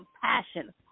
compassion